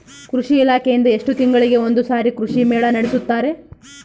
ಕೃಷಿ ಇಲಾಖೆಯಿಂದ ಎಷ್ಟು ತಿಂಗಳಿಗೆ ಒಂದುಸಾರಿ ಕೃಷಿ ಮೇಳ ನಡೆಸುತ್ತಾರೆ?